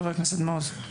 חבר הכנסת מעוז?